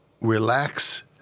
relax